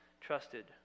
trusted